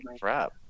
crap